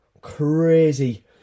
crazy